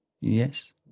Yes